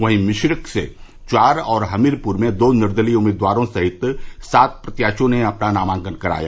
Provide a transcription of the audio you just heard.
वहीं मिश्रिख से चार और हमीरपुर में दो निर्दलीय उम्मीदवारों सहित सात प्रत्याशियों ने अपना नामांकन कराया